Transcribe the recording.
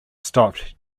stopped